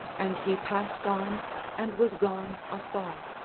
and he passed on and was gone afar.